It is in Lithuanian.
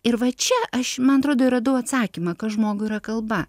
ir va čia aš man atrodo ir radau atsakymą kas žmogui yra kalba